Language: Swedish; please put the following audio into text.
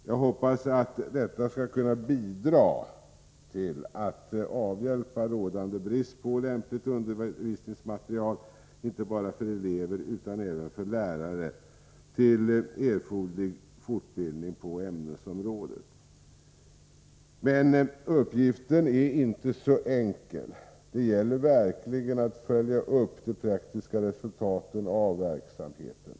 Jag hoppas att detta skall kunna bidra till att avhjälpa rådande brist på lämpligt undervisningsmaterial, inte bara för elever utan även för lärare, till erforderlig fortbildning på ämnesområdet. Uppgiften är inte så enkel — det gäller verkligen att följa upp de praktiska resultaten av verksamheten.